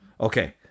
Okay